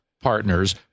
partners